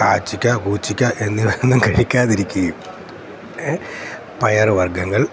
കാച്ചിക്ക കൂച്ചിക്ക എന്നിവയൊന്നും കഴിക്കാതിരിക്കുകയും ഏഹ് പയർവർഗ്ഗങ്ങൾ